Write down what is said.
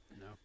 No